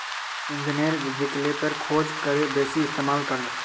इंधनेर विकल्पेर खोज करे बेसी इस्तेमाल कर